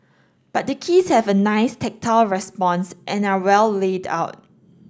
but the keys have a nice tactile response and are well laid out